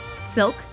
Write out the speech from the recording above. Silk